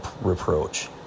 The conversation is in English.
reproach